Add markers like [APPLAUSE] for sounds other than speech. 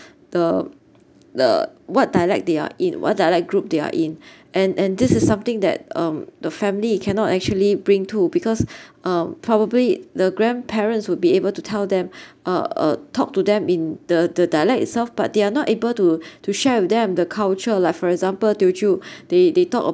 the the what dialect they are in what dialect group they are in and and this is something that um the family cannot actually bring too because [BREATH] um probably the grandparents would be able to tell them [BREATH] uh uh talk to them in the the dialect itself but they are not able to to share with them the culture like for example teochew [BREATH] they they talk